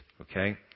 Okay